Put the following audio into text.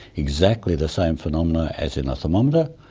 exactly the same phenomena as in a thermometer.